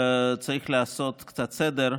צריך לעשות קצת סדר.